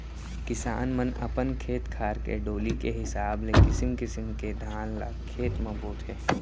किसान मन अपन खेत खार के डोली के हिसाब ले किसिम किसिम के धान ल खेत म बोथें